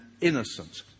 innocent